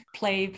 play